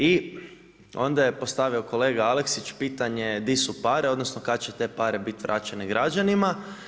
I onda je postavio kolega Aleksić pitanje – di su pare, odnosno kad će te pare biti vraćene građanima?